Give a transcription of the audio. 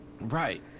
Right